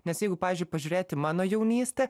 nes jeigu pavyzdžiui pažiūrėt į mano jaunystę